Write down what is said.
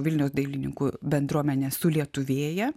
vilniaus dailininkų bendruomenė sulietuvėja